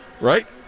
right